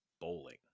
bowling